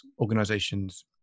organizations